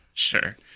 Sure